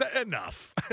enough